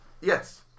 yes